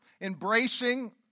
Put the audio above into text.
embracing